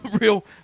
Real